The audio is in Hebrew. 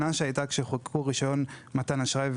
כשחוקקו את רישיון מתן אשראי,